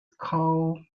carl